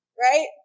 right